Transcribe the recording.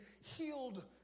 healed